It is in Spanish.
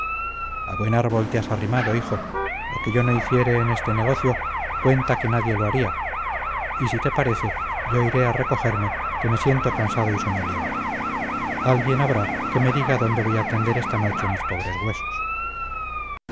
te has arrimado hijo lo que yo no hiciere en este negocio cuenta que nadie lo haría y si te parece yo iré a recogerme que me siento cansado y soñoliento alguien habrá que me diga dónde voy a tender esta noche mis pobres huesos